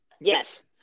Yes